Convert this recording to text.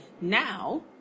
Now